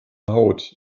haut